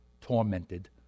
tormented